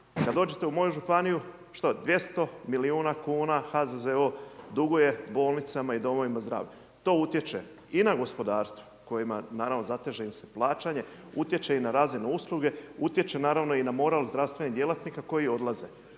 Kad dođete u moju županiju, što, 200 000 milijuna kuna HZZO duguje bolnicama i domovima zdravlja, to utječe i na gospodarstvo kojima naravno, zateže im se plaćanje, utječe i na razinu usluge, utječe naravno i na moral zdravstvenih djelatnika koji odlaze.